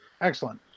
Excellent